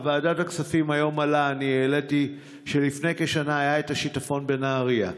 בוועדת הכספים היום העליתי שלפני כשנה היה שיטפון בנהריה.